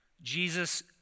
Jesus